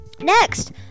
Next